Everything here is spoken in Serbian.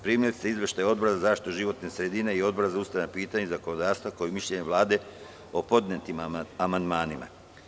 Primili ste izveštaje Odbora za zaštitu životne sredine i Odbora za ustavna pitanja i zakonodavstvo, kao i mišljenje Vlade o podnetim amandmanima.